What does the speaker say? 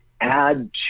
add